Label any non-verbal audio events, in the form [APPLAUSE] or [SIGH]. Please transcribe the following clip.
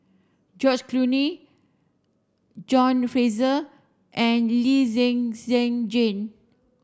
George [UNINTELLIGIBLE] John Fraser and Lee Zhen Zhen Jane